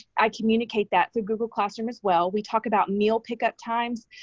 i communicate that through google classroom as well. we talk about meal pickup times,